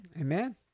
Amen